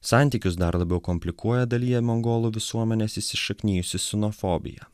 santykius dar labiau komplikuoja dalyje mongolų visuomenės įsišaknijusi ksenofobija